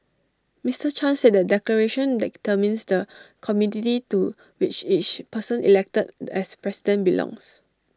Mister chan said the declaration determines the community to which person elected as president belongs